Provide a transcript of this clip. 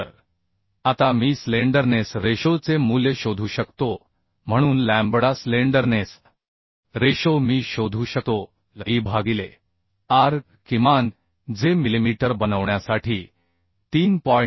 तर आता मी स्लेंडरनेस रेशोचे मूल्य शोधू शकतो म्हणून लॅम्बडा स्लेंडरनेस रेशो मी शोधू शकतो L e भागिले R किमान जे मिलिमीटर बनवण्यासाठी 3